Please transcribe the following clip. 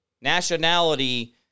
nationality